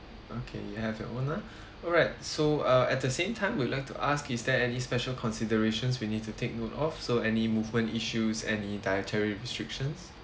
okay you have your own ah alright so uh at the same time would like to ask is there any special considerations we need to take note of so any movement issues any dietary restrictions